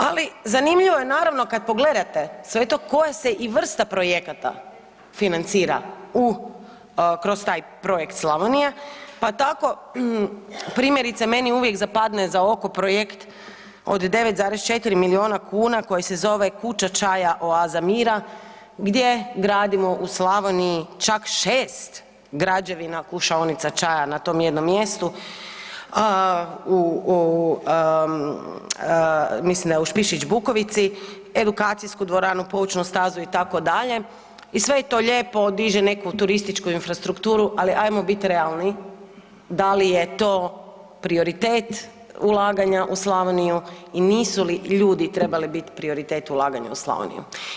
Ali zanimljivo je naravno kad pogledate sve to koja se i vrsta projekata financira kroz taj projekt Slavonija pa tako primjerice meni uvijek zapadne za oko projekt od 9,4 milijuna kuna koji se zove „Kuća čaja, oaza mira“ gdje gradimo u Slavoniji čak 6 građevina kušaonica čaja na tom jednom mjestu, mislim da je u Špišić Bukovici, edukacijsku dvoranu, poučnu stazu itd., i sve je to lijepo, diže neku turističku infrastrukturu ali ajmo bit realni, da li je to prioritet ulaganja u Slavoniju i nisu li ljudi trebali prioritet ulaganja u Slavoniju?